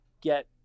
get